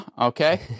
okay